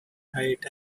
height